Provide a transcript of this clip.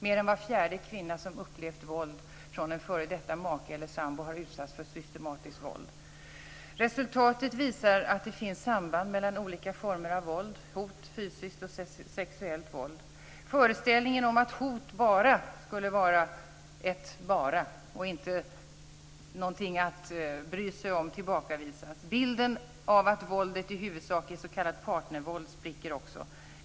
Mer än var fjärde kvinna som upplevt våld från en f.d. make och sambo har utsatts för systematiskt våld. Resultatet visar att det finns samband mellan olika former av våld, hot, fysiskt och sexuellt våld. Föreställningen om att hot bara skulle vara ett "bara" och inte någonting att bry sig om tillbakavisas. Bilden av att våldet i huvudsak är s.k. partnervåld spricker också.